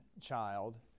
child